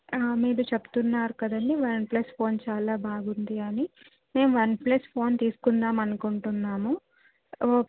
మీరు చెప్తున్నారు కదండి వన్ప్లస్ ఫోన్ చాలా బాగుంది అని మేం వన్ప్లస్ ఫోన్ తీసుకుందామనుకుంటున్నాము ఓ